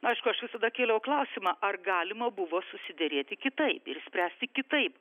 aišku aš visada kėliau klausimą ar galima buvo susiderėti kitaip ir iš spręsti kitaip